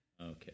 Okay